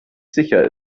sicher